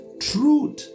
Truth